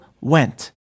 went